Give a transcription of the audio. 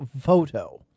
photo